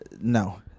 no